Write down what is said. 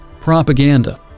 propaganda